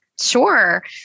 Sure